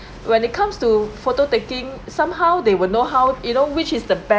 when it comes to photo-taking somehow they would know how you know which is the best